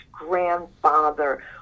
Grandfather